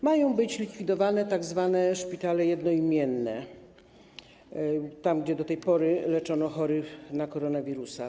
Mają być likwidowane tzw. szpitale jednoimienne, gdzie do tej pory leczono chorych na koronawirusa.